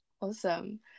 Awesome